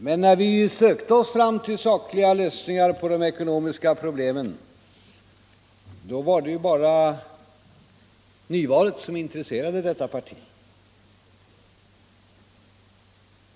Men när vi sökte oss fram till sakliga lösningar på de ekonomiska problemen var det bara nyvalet som intresserade moderata samlingspartiet.